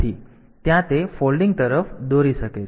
તેથી ત્યાં તે ફોલ્ડિંગ તરફ દોરી શકે છે